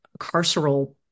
carceral